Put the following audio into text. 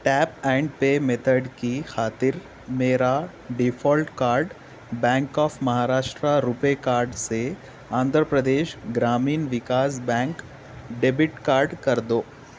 tape and pay method کی خاطر میرا default card bank of Maharashtra RuPay card سے Andhra Pradesh Gramin Vikas bank debit card کر دو